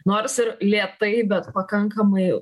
nors ir lėtai bet pakankamai